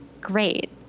Great